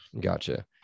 Gotcha